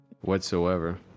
whatsoever